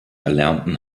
erlernten